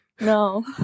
No